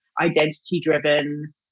identity-driven